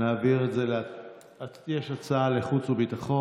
יש הצעה להעביר לחוץ וביטחון.